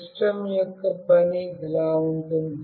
system యొక్క పని ఇలా ఉంటుంది